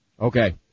Okay